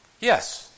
Yes